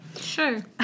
Sure